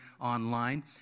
online